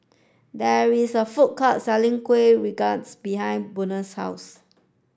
there is a food court selling Kuih Rengas behind Buena's house